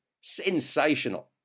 Sensational